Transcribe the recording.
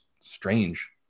strange